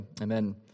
amen